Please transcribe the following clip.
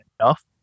enough